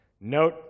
Note